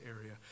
area